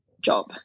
job